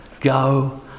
go